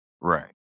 Right